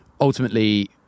ultimately